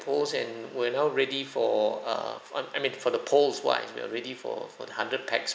poles and we're now ready for err on I mean for the poles wise we are ready for for the hundred pax